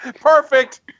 Perfect